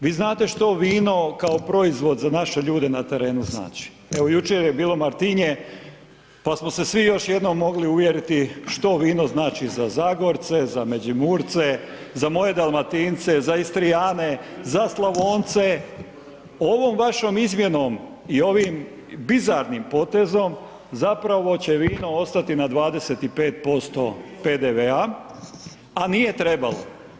Vi znate što vino kao proizvod za naše ljude na terenu znači, evo jučer je bilo Martinje, pa smo se svi još jednom mogli uvjeriti što vino znači za Zagorce, za Međimurce, za moje Dalmatince, za Istrijane, za Slavonce, ovom vašom izmjenom i ovim bizarnim potezom zapravo će vino ostati na 25% PDV-a, a nije trebalo.